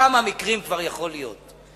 כמה מקרים כבר יכולים להיות?